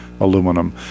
aluminum